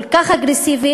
כל כך אגרסיבי,